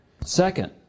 Second